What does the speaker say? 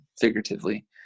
figuratively